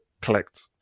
collect